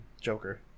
Joker